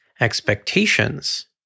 expectations